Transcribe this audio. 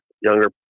younger